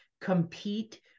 compete